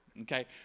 Okay